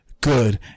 good